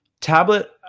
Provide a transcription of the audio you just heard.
Tablet